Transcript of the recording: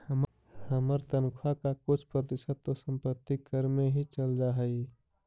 हमर तनख्वा का कुछ प्रतिशत तो संपत्ति कर में ही चल जा हई